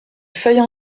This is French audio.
feuilles